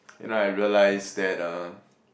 you know I realised that uh